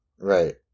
right